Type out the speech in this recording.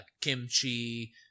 kimchi